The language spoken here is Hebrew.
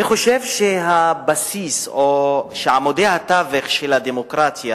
אני חושב שהבסיס, או שעמודי התווך של הדמוקרטיה